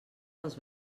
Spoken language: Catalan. dels